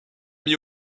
mis